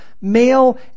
Male